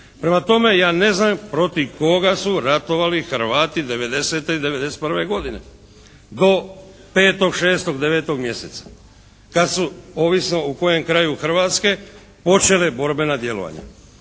Prema tome, ja ne znam protiv koga su ratovali Hrvati '90. i '91. godine do 5., 6., 9. mjeseca, kad su ovisno u kojem kraju Hrvatske počela borbena djelovanja?